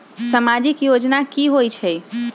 समाजिक योजना की होई छई?